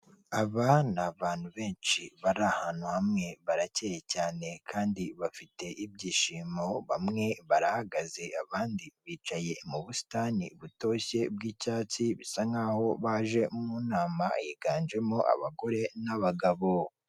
Aba ni abantu benshi, bari ahantu hamwe, barakeye cyane kandi bafite ibyishimo, bamwe barahagaze abandi bicaye mu busitani butoshye bw'icyatsi, bisa nkaho baje mu nama, higanjemo abagore n'abagabo.